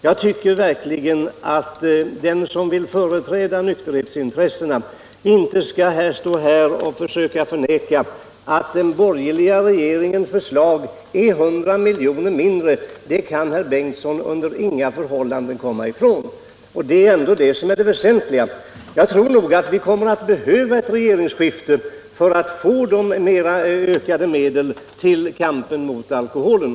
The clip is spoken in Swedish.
Jag tycker verkligen att den som vill företräda nykterhetsintressena inte skall förneka att den borgerliga regeringens förslag är 100 miljoner mindre. Det kan herr Bengtson under inga förhållanden komma ifrån. Det är ändå det som är det väsentliga. Jag tror nog att vi kommer att behöva ett regeringsskifte för att få ökade medel till kampen mot alkoholen.